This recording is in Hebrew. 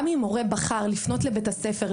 גם אם הורה בחר לפנות לבית הספר,